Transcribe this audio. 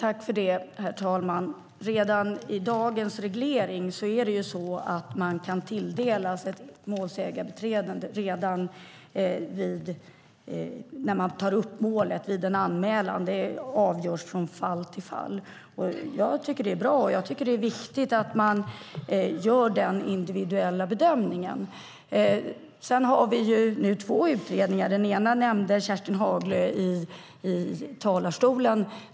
Herr talman! I dagens reglering kan man tilldelas ett målsägandebiträde redan när målet tas upp, vid en anmälan. Det avgörs från fall till fall. Jag tycker att det är bra, och jag tycker att det är viktigt att man gör den individuella bedömningen. Sedan har vi nu två utredningar. Den ena nämnde Kerstin Haglö i talarstolen.